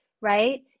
right